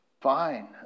fine